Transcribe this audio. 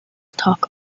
talk